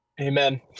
Amen